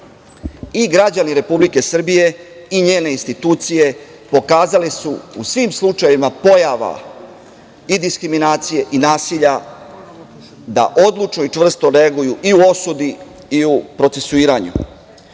građani Republike Srbije, i njene institucije, pokazali su u svim slučajevima pojava i diskriminacije i nasilja, da odlučno i čvrsto reaguju i osudi i u procesuiranju.U